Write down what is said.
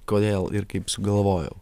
kodėl ir kaip sugalvojau